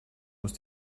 muss